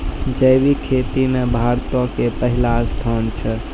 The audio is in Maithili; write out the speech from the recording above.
जैविक खेती मे भारतो के पहिला स्थान छै